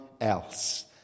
else